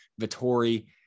Vittori